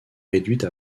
réduite